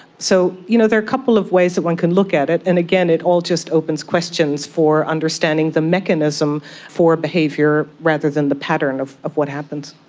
so you know there are a couple of ways that one can look at it, and again, it all just opens questions for understanding the mechanism for behaviour rather than the pattern of of what happens.